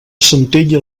centella